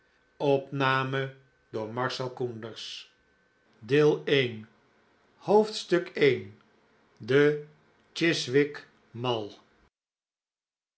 de chiswick mall